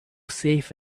safe